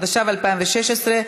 התשע"ו 2016,